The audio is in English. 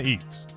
Eats